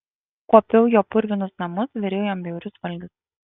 kuopiau jo purvinus namus viriau jam bjaurius valgius